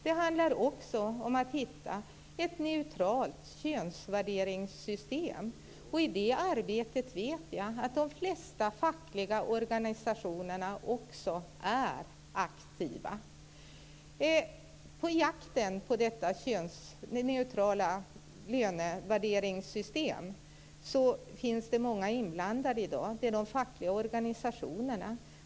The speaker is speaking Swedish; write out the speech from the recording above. Det handlar också om att hitta ett neutralt könsvärderingssystem. I det arbetet vet jag att de flesta fackliga organisationerna också är aktiva. I jakten på detta neutrala lönevärderingssystem finns det många inblandade i dag utöver de fackliga organisationerna.